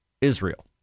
Israel